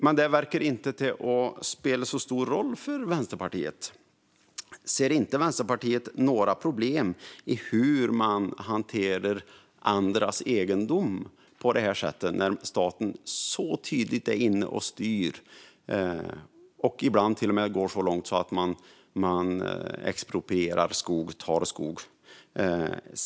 Men detta verkar inte spela så stor roll för Vänsterpartiet. Ser Vänsterpartiet inte några problem med att man hanterar andras egendom på det sättet och att staten så tydligt är inne och styr och ibland till med går så långt så att man exproprierar skog?